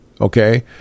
okay